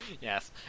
Yes